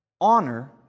Honor